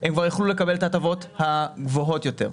הם כבר יוכלו לקבל את ההטבות הגבוהות יותר.